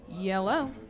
yellow